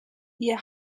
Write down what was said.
ihr